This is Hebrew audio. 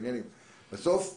בסופו